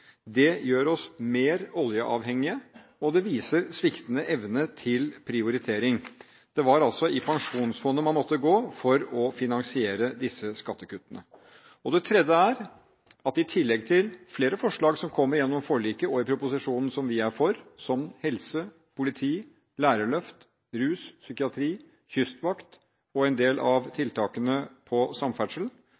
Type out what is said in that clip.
Det gjør oss mer oljeavhengige, og det viser sviktende evne til prioritering. Det var altså i pensjonsfondet man måtte gå for å finansiere disse skattekuttene. Det tredje er at i tillegg til flere forslag som kom gjennom forliket, og i proposisjonen, som vi er for, som helse, politi, lærerløft, rus, psykiatri, kystvakt og en del av